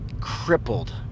crippled